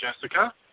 Jessica